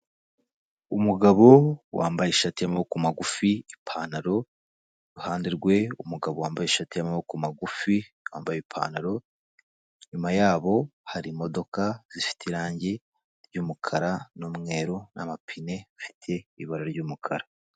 Umugabo wambaye ishati y'amaboko magufi, ipantaro iruhande rwe, umugabo wambaye ishati y'amaboko magufi yambaye ipantaro, inyuma yabo hari imodoka zifite irangi ry'umukara n'umweru n'amapine afite ibara ry'umukara.